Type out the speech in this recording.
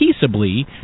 peaceably